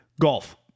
Golf